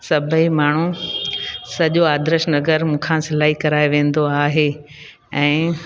सभई माण्हू सॼो आदर्श नगर मूं खां सिलाई कराए वेंदो आहे ऐं